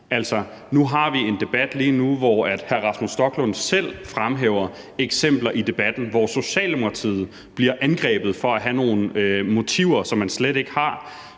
vi har en debat lige nu, hvor hr. Rasmus Stoklund selv fremhæver eksempler, hvor Socialdemokratiet bliver angrebet for at have nogle motiver, som de slet ikke har.